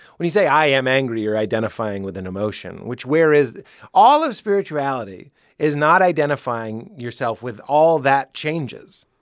when you say, i am angry, you're identifying with an emotion, which where is all of spirituality is not identifying yourself with all that changes.